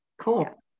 Cool